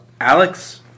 Alex